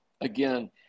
again